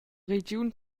regiun